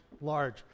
large